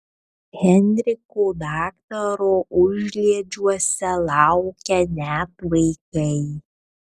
henriko daktaro užliedžiuose laukia net vaikai